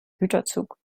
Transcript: güterzug